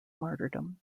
martyrdom